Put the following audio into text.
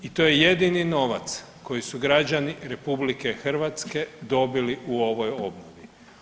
I to je jedini novac koji su građani RH dobili u ovoj obnovi.